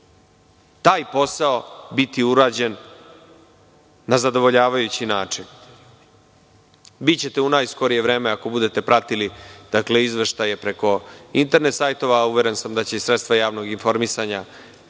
taj posao biti urađen na zadovoljavajući način. Bićete u najskorije vreme, ako budete pratili izveštaje preko internet sajtova, a uveren sam da će i sredstva javnog informisanja